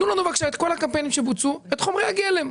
תנו לנו מכל הקמפיינים שהוצאו את חומרי הגלם.